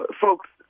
folks